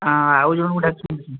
ହଁ ଆଉ ଜଣଙ୍କୁ ଡାକିଛନ୍ତି